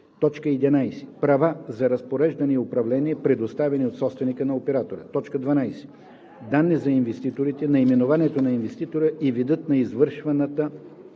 11. права за разпореждане и управление, предоставени от собственика на оператора; 12. данни за инвеститорите – наименование на инвеститора и видът на извършваната